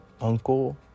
uncle